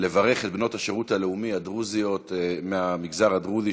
לברך את בנות השירות הלאומי הדרוזיות מהמגזר הדרוזי,